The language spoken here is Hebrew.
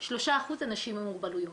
3% אנשים עם מוגבלויות.